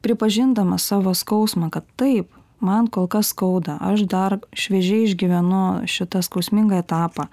pripažindamas savo skausmą kad taip man kol kas skauda aš dar šviežiai išgyvenu šitą skausmingą etapą